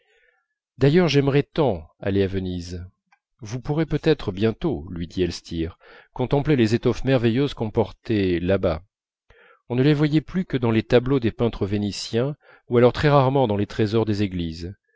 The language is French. d'ailleurs j'aimerais tant aller à venise vous pourrez peut-être bientôt lui dit elstir contempler les étoffes merveilleuses qu'on portait là-bas on ne les voyait plus que dans les tableaux des peintres vénitiens ou alors très rarement dans les trésors des églises